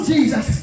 Jesus